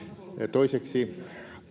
toiseksi